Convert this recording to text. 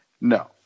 No